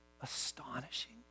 astonishing